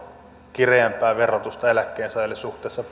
kireämpää verotusta eläkkeensaajille suhteessa